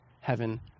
heaven